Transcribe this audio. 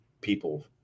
people